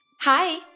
Hi